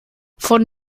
von